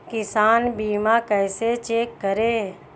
किसान बीमा कैसे चेक करें?